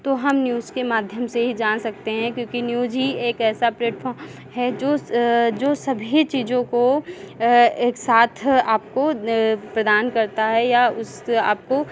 तो हम न्यूज़ के माध्यम से ही जान सकते हैं क्योंकि न्यूज़ ही एक ऐसा प्लेटफॉर्म है जो जो सभी चीज़ों को एक साथ आपको प्रदान करता है या उससे आपको